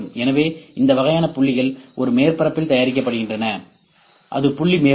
எனவே இந்த வகையான புள்ளிகள் ஒரு மேற்பரப்பில் தயாரிக்கப்படுகின்றன இது புள்ளி மேகம்